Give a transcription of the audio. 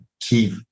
keep